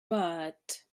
but